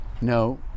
no